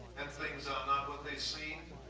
and things are not what they seem.